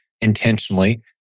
intentionally